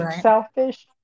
selfish